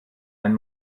ein